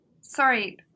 Sorry